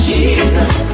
Jesus